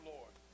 Lord